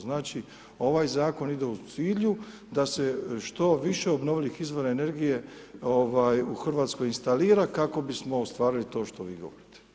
Znači ovaj zakon ide u cilju da se što više obnovljivih izvora energije u Hrvatskoj instalira kako bismo ostvarili to što vi govorite.